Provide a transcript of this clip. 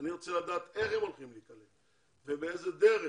אני רוצה לדעת איך הם הולכים להיקלט, באיזו דרך